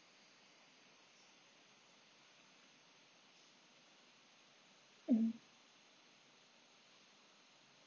mmhmm